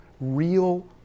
Real